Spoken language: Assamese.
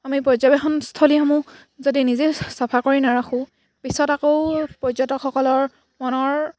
আমি পৰ্যবেক্ষণস্থলীসমূহ যদি নিজে চাফা কৰি নাৰাখোঁ পিছত আকৌ পৰ্যটকসকলৰ মনৰ